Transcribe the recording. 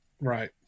Right